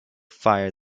fire